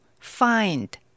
find